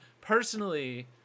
personally